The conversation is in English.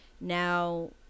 Now